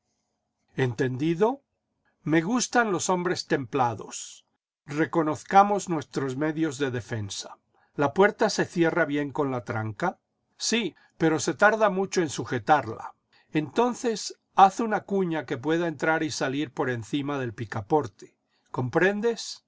entendido me gustan los hombres templados reconozcamos nuestros medios de defensa la puerta se cierra bien con la tranca sí pero se tarda mucho en sujetarla entonces haz una cuña que pueda entrar y salir por encima del picaporte comprendes